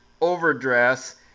overdress